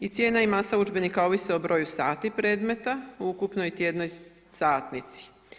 I cijena i masa udžbenika ovise o broju sati predmeta po ukupnoj tjednoj satnici.